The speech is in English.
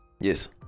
Yes